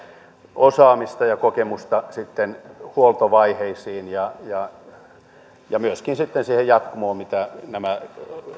osaamista ja kokemusta huoltovaiheisiin ja ja myöskin siihen jatkumoon mitä nämä